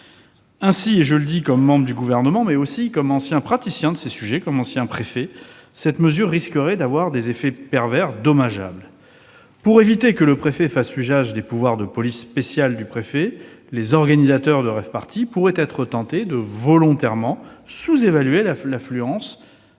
Ainsi- je le dis comme membre du Gouvernement, mais aussi comme ancien préfet, et donc praticien -, cette mesure risquerait d'avoir des effets pervers dommageables. Pour éviter que le préfet fasse usage de ses pouvoirs de police spéciale, les organisateurs de rave-parties pourraient être tentés de volontairement sous-évaluer l'affluence